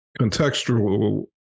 contextual